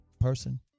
person